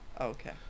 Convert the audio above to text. Okay